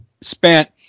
spent